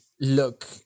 look